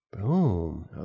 boom